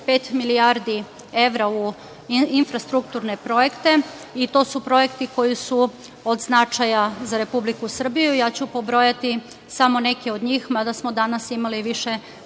milijardi evra u infrastrukturne projekte i to su projekti koji su od značaja za Republiku Srbiju. Ja ću pobrojati samo neke od njih, mada smo danas imali više puta